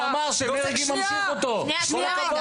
הוא אמר שמרגי ממשיך אותו, כל הכבוד.